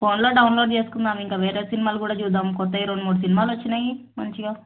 ఫోన్లో డౌన్లోడు చేసుకుందాము ఇంకా వేరే సినిమాలు కూడా చూద్దాము క్రొత్తవి రెండు మూడు సినిమాలు వచ్చినాయి మంచిగా